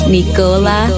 Nicola